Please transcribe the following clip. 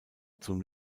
zum